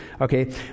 Okay